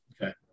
Okay